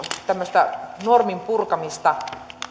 tämmöinen norminpurkaminen